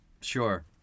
sure